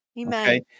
Amen